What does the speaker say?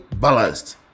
balanced